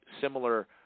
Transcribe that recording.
similar